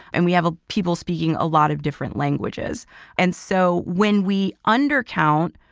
and we have ah people speaking a lot of different languages and so when we undercount,